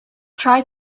try